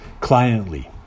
Cliently